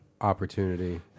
opportunity